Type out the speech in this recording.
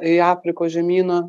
į afrikos žemyną